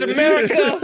America